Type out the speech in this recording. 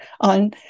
on